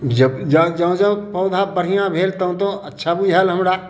जब जँ जँ जँ पौधा बढ़िआँ भेल तँ तँ अच्छा बुझायल हमरा